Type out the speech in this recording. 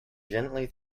gently